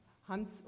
Hans